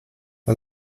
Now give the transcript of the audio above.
the